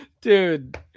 Dude